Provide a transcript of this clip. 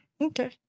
Okay